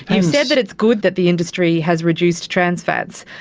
you've said that it's good that the industry has reduced trans fats,